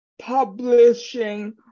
publishing